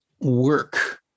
work